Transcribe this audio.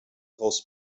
daraus